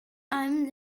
einem